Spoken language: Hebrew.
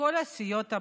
מכל סיעות הבית,